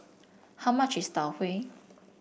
how much is Tau Huay